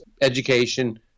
education